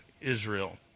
Israel